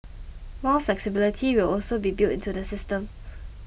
more flexibility will also be built into the system